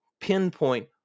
pinpoint